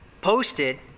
posted